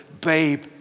babe